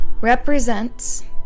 represents